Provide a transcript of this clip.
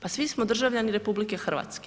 Pa svi smo državljani RH.